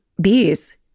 bees